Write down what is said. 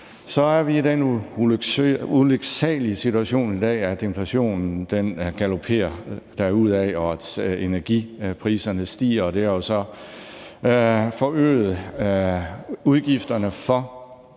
Så er vi i den ulyksalige situation i dag, at inflationen galopperer derudaf, og at energipriserne stiger, og det har jo så forøget udgifterne for